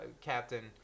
captain